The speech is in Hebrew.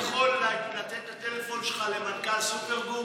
אני יכול לתת את הטלפון שלך למנכ"ל סופרגום?